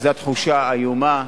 זאת תחושה איומה.